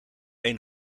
een